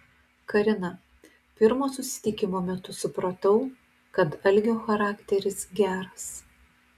karina pirmo susitikimo metu supratau kad algio charakteris geras